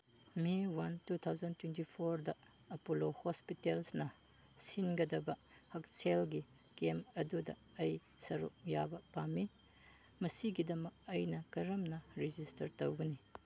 ꯃꯦ one two thousand twenty ꯐꯣꯔꯗ Apollo ꯍꯣꯁꯤꯇꯦꯜꯁꯅ ꯁꯤꯟꯒꯗꯕ ꯍꯛꯁꯦꯜꯒꯤ ꯀꯦꯝꯞ ꯑꯗꯨꯗ ꯑꯩ ꯁꯔꯨꯛ ꯌꯥꯕ ꯄꯥꯝꯃꯤ ꯃꯁꯤꯒꯤꯗꯃꯛ ꯑꯩꯅ ꯀꯔꯝꯅ ꯔꯦꯖꯤꯁꯇꯔ ꯇꯧꯒꯅꯤ